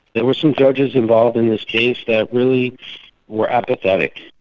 there were some judges involved in this case that really were apathetic,